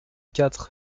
quatre